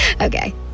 Okay